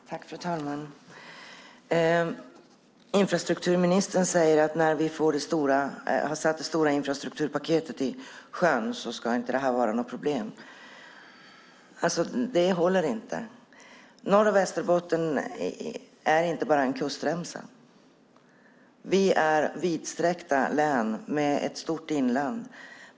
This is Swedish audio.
Fru talman! Infrastrukturministern säger att när vi satt det stora infrastrukturpaketet i sjön ska detta inte vara något problem. Det håller inte. Norrbotten och Västerbotten är inte enbart en kustremsa. De är vidsträckta län med många mil inland.